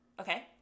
Okay